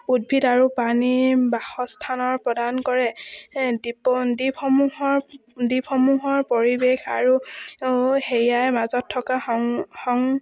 উদ্ভিদ আৰু প্ৰণীৰ বাসস্থানৰ প্ৰদান কৰে দ্বীপ দ্বীপসমূহৰ দ্বীপসমূহৰ পৰিৱেশ আৰু সেয়াই মাজত থকা সং সং